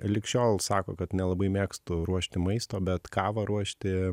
lig šiol sako kad nelabai mėgstu ruošti maisto bet kavą ruošti